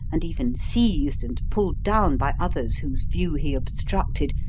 and even seized and pulled down by others whose view he obstructed,